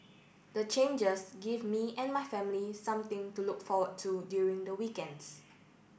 the changes give me and my family something to look forward to during the weekends